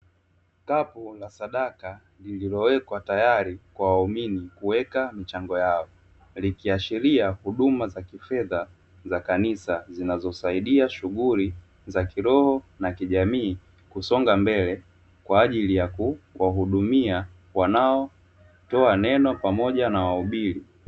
Kapu la sadaka lililowekwa tayari kwa waumini kuweka michango yao, likiashiria huduma za kifedha za kanisa zinazosaidia shughuli za kiroho na kijamii kusonga mbele kwa ajili ya kuwahudumia wanaotoa neno pamoja na wahubiri.